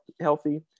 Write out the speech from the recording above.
healthy